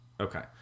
Okay